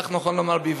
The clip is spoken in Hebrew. כך נכון לומר בעברית.